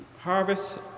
Harvest